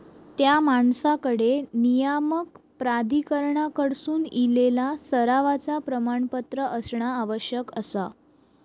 त्या माणसाकडे नियामक प्राधिकरणाकडसून इलेला सरावाचा प्रमाणपत्र असणा आवश्यक आसा